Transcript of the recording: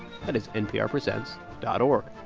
that is nprpresents dot org.